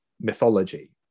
mythology